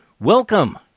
Welcome